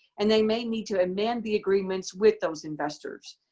and they may need to amend the agreements with those investors,